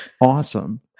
awesome